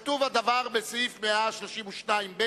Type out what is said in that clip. כתוב הדבר בסעיף 132(ב),